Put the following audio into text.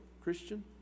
Christian